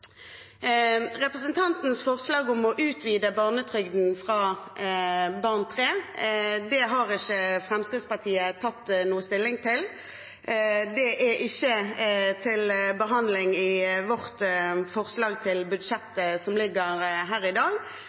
Representantens forslag om å utvide barnetrygden fra tredje barn har ikke Fremskrittspartiet tatt stilling til. Det er ikke til behandling i vårt forslag til budsjett som foreligger her i dag,